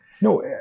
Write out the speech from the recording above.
No